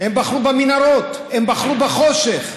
הם בחרו במנהרות, הם בחרו בחושך.